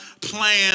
plan